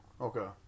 Okay